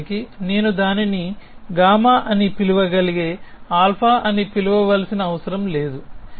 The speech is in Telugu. నిజానికి నేను దానిని γ అని పిలవగలిగే α అని పిలవవలసిన అవసరం లేదు